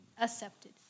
Accepted